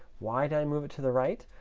why did i move it to the right?